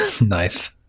Nice